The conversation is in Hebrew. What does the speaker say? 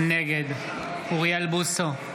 נגד אוריאל בוסו,